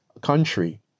country